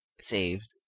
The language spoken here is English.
saved